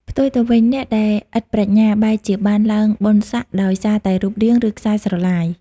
ផ្ទុយទៅវិញ អ្នកដែលឥតប្រាជ្ញាបែរជាបានឡើងបុណ្យស័ក្តិដោយសារតែរូបរាង ឬខ្សែស្រឡាយ។